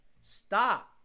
Stop